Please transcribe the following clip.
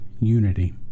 unity